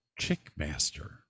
Chickmaster